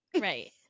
Right